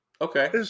Okay